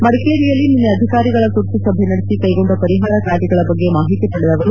ಮಡಿಕೇರಿಯಲ್ಲಿ ನಿನ್ನೆ ಅಧಿಕಾರಿಗಳ ತುರ್ತು ಸಭೆ ನಡೆಸಿ ಕೈಗೊಂಡ ಪರಿಹಾರ ಕಾರ್ಯಗಳ ಬಗ್ಗೆ ಮಾಹಿತಿ ಪಡೆದ ಅವರು